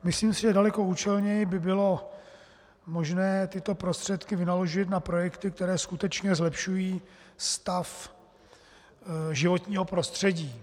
Myslím, že daleko účelněji by bylo možné tyto prostředky vynaložit na projekty, které skutečně zlepšují stav životního prostředí.